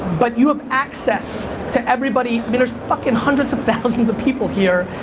but you have access to everybody there's fuckin' hundreds of thousands of people here.